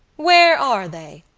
where are they?